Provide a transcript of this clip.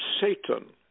Satan